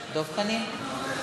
דב חנין.